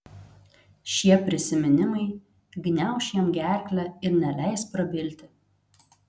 šie prisiminimai gniauš jam gerklę ir neleis prabilti